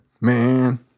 Man